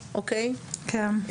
כן.